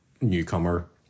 newcomer